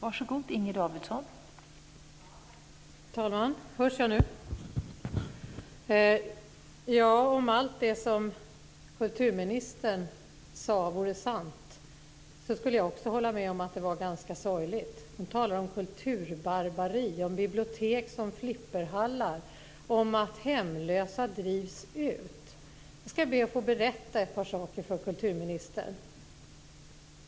Fru talman! Om allt det som kulturministern sade vore sant skulle jag också hålla med om att det var ganska sorgligt. Hon talar om kulturbarbari, om bibliotek som flipperhallar och om att hemlösa drivs ut. Jag ska be att få berätta ett par saker för kulturministern.